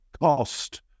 cost